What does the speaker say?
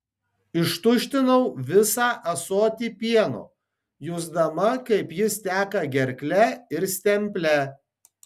ištuštinau visą ąsotį pieno jusdama kaip jis teka gerkle ir stemple